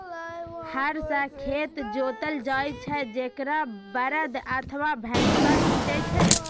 हर सं खेत जोतल जाइ छै, जेकरा बरद अथवा भैंसा खींचै छै